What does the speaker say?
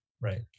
Right